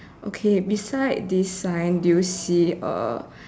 okay beside this sign do you see a